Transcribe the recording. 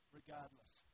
regardless